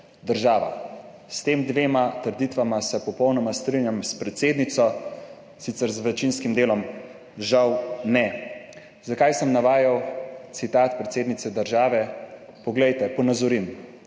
država.« S tema dvema trditvama se popolnoma strinjam, strinjam se s predsednico, sicer z večinskim delom žal ne. Zakaj sem navajal citat predsednice države? Da ponazorim.